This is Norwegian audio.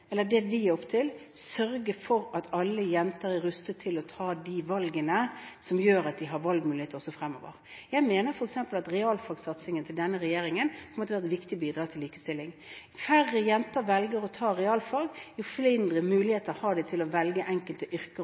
Vi legger opp til å sørge for at alle jenter er rustet til å ta valg som gjør at de har valgmuligheter også fremover. Jeg mener f.eks. at realfagsatsingen til denne regjeringen kommer til å være et viktig bidrag til likestilling. Jo færre jenter som velger å ta realfag, jo færre muligheter har de til å velge enkelte yrker